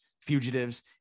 fugitives